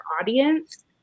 audience